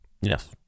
Yes